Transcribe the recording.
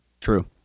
True